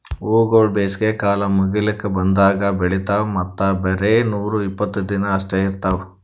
ಹೂವುಗೊಳ್ ಬೇಸಿಗೆ ಕಾಲ ಮುಗಿಲುಕ್ ಬಂದಂಗ್ ಬೆಳಿತಾವ್ ಮತ್ತ ಬರೇ ನೂರಾ ಇಪ್ಪತ್ತು ದಿನ ಅಷ್ಟೆ ಇರ್ತಾವ್